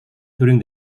during